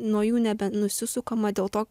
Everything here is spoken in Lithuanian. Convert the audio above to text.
nuo jų nebenusisukama mat dėl to